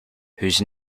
whose